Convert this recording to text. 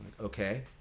Okay